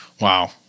Wow